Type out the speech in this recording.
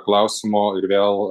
klausimo ir vėl